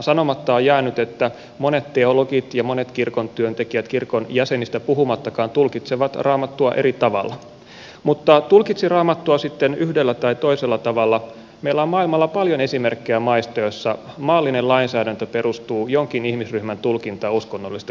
sanomatta on jäänyt että monet teologit ja monet kirkon työntekijät kirkon jäsenistä puhumattakaan tulkitsevat raamattua eri tavalla mutta tulkitsi raamattua sitten yhdellä tai toisella tavalla meillä on maailmalla paljon esimerkkejä maista joissa maallinen lainsäädäntö perustuu jonkin ihmisryhmän tulkintaan uskonnollisista kirjoituksista